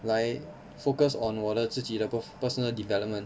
来 focus on 我的自己的 growth personal development